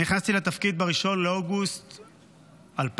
אני נכנסתי לתפקיד ב-1 לאוגוסט 2023,